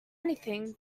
anything